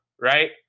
right